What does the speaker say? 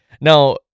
Now